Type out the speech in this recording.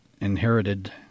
inherited